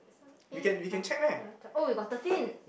seven eight nine ten eleven twelve oh we got thirteen